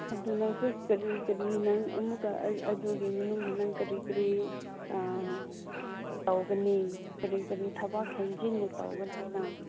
ꯑꯗꯨ ꯅꯪꯁꯨ ꯀꯔꯤ ꯀꯔꯤ ꯑꯃꯨꯛꯀ ꯑꯗꯨꯒꯤ ꯃꯅꯨꯡꯗ ꯅꯪ ꯀꯔꯤ ꯀꯔꯤ ꯇꯧꯒꯅꯤ ꯀꯔꯤ ꯀꯔꯤ ꯊꯕꯛ ꯍꯦꯟꯖꯤꯟꯅ ꯇꯧꯒꯅꯤ ꯅꯪ